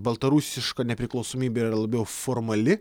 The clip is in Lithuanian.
baltarusiška nepriklausomybė yra labiau formali